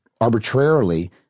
arbitrarily